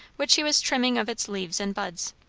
which he was trimming of its leaves and buds.